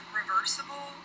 reversible